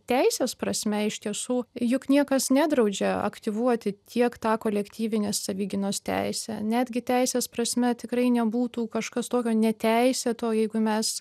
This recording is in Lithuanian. teisės prasme iš tiesų juk niekas nedraudžia aktyvuoti tiek tą kolektyvinės savigynos teisę netgi teisės prasme tikrai nebūtų kažkas tokio neteisėto jeigu mes